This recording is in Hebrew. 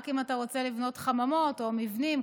רק אם אתה רוצה לבנות חממות או מבנים,